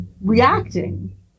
reacting